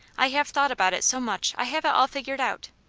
i have thought about it so much i have it all figured out.